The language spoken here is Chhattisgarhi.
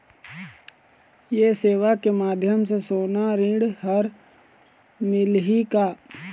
ये सेवा के माध्यम से सोना ऋण हर मिलही का?